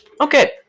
Okay